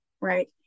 Right